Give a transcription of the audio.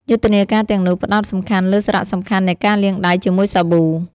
យុទ្ធនាការទាំងនោះផ្តោតសំខាន់លើសារៈសំខាន់នៃការលាងដៃជាមួយសាប៊ូ។